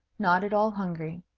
not at all hungry.